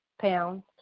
pounds